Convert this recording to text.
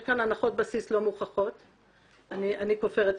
יש כאן הנחות בסיס לא מוכחות שאני כופרת בהן.